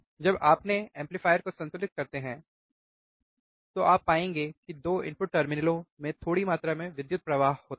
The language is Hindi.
जब आप अपने एम्पलीफायर को संतुलित करते हैं तो आप पाएंगे कि 2 इनपुट टर्मिनलों में थोड़ी मात्रा में विद्युत प्रवाह होता है